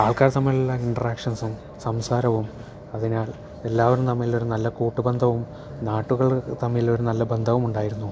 ആൾക്കാര് തമ്മിലുള്ള ഇൻട്രാക്ഷൻസും സംസാരവും അതിനാൽ എല്ലാവരും തമ്മിൽ ഒരു നല്ല കൂട്ട് ബന്ധവും നാട്ടുകാർ തമ്മിൽ ഒരു നല്ല ബന്ധവി ഉണ്ടായിരുന്നു